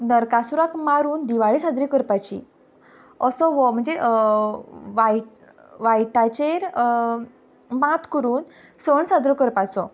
नरकासुराक मारून दिवाळी साजरी करपाची असो हो म्हणजे वायट वायटाचेर मात करून सण साजरो करपाचो